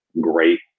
great